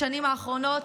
בשנים האחרונות,